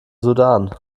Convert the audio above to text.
sudan